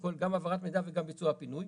שגם העברת מידע וגם ביצוע הפינוי.